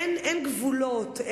אין גבולות,